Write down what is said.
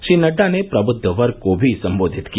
श्री नड्डा ने प्रबुद्व वर्ग को भी सम्बोधित किया